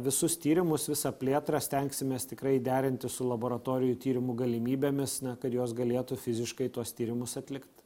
visus tyrimus visą plėtrą stengsimės tikrai derinti su laboratorijų tyrimų galimybėmis kad jos galėtų fiziškai tuos tyrimus atlikt